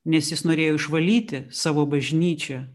nes jis norėjo išvalyti savo bažnyčią